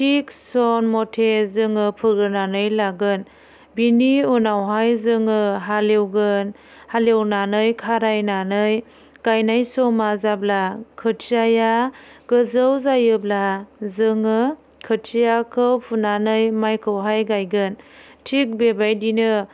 थिख सनमथे जोङो फोग्रोनानै लागोन बिनि उनावहाय जोङो हाल एवगोन हाल एवनानै खारायनानै गायनाय समा जाब्ला खोथियाया गोजौ जायोब्ला जोङो खोथियाखौ फुनानै मायखौहाय गायगोन थिग बेबायदिनो